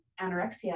anorexia